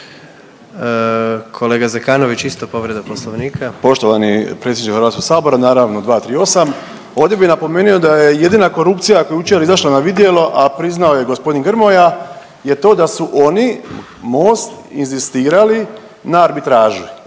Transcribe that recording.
**Zekanović, Hrvoje (HDS)** Poštovani predsjedniče Hrvatskog sabora naravno 238., ovdje bi napomenio da je jedina korupcija koja je jučer izašla na vidjelo, a priznao je i gospodin Grmoja je to da su oni MOST inzistirali na arbitraži